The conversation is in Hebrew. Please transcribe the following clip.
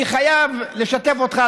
אני חייב לשתף אותך,